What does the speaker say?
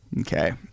Okay